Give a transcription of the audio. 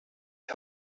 die